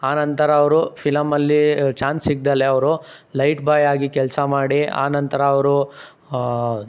ಆನಂತರ ಅವರು ಫಿಲಂ ಅಲ್ಲಿ ಚಾನ್ಸ್ ಸಿಗ್ದಲೆ ಅವರು ಲೈಟ್ ಬಾಯ್ ಆಗಿ ಕೆಲಸ ಮಾಡಿ ಆನಂತರ ಅವರು